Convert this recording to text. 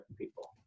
people